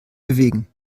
bewegen